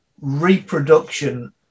reproduction